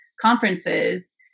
conferences